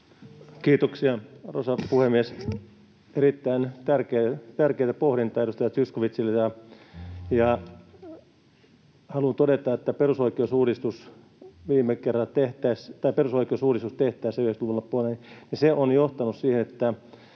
Kiitoksia, arvoisa puhemies! Erittäin tärkeitä pohdintoja edustaja Zyskowicziltä. Haluan todeta, että perusoikeusuudistuksen tekeminen 90-luvun loppupuolella on johtanut siihen, että